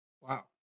Wow